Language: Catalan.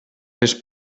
les